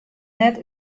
net